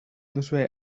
duzue